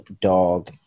dog